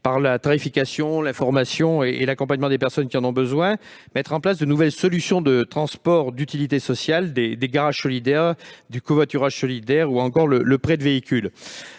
par la tarification, l'information et l'accompagnement des personnes qui en ont besoin. Il s'agit de mettre en place de nouvelles solutions de transport d'utilité sociale, des garages solidaires, du covoiturage solidaire ou encore le prêt de véhicule.